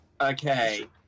Okay